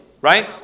Right